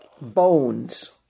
Bones